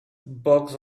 box